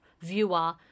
viewer